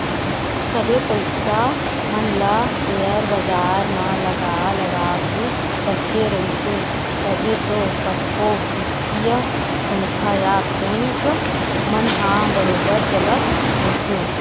सबे पइसा मन ल सेयर बजार म लगा लगा के रखे रहिथे तभे तो कतको बित्तीय संस्था या बेंक मन ह बरोबर चलत रइथे